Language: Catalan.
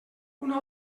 una